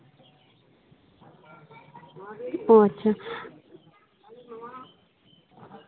ᱚ ᱟᱪᱪᱷᱟ